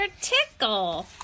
Tickle